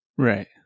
Right